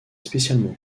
spécialement